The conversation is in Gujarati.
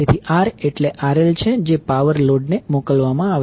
તેથી R એટલે RL છે જે પાવર લોડ ને મોકલવામાં આવે છે